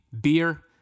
beer